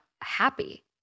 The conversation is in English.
happy